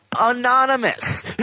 Anonymous